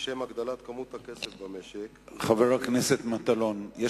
לשם הגדלת כמות הכסף במשק, ובמקביל, להקטנת עלויות